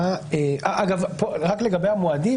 אגב, רק לגבי המועדים.